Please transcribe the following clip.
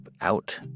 out